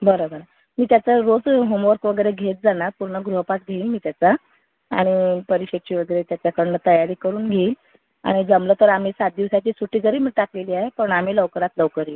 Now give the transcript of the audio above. बरं बरं मी त्याचा रोज होमवर्क वगैरे घेत जाणार पूर्ण गृहपाठ घेईन मी त्याचा आणि परीक्षेची वगैरे त्याच्याकडून तयारी करून घेईल आणि जमलं तर आम्ही सात दिवसाची सुट्टी जरी मी टाकलेली आहे पण आम्ही लवकरात लवकर येऊ